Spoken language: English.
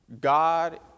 God